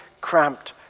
cramped